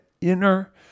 inner